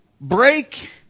break